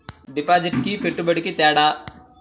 డిపాజిట్కి పెట్టుబడికి తేడా?